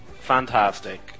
Fantastic